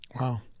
Wow